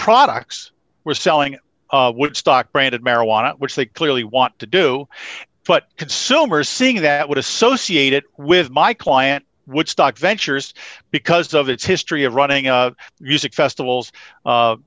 products were selling woodstock branded marijuana which they clearly want to do what consumers seeing that would associate it with my client woodstock ventures because of its history of running a music festivals